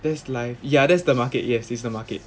there's life ya that's the market yes it's the market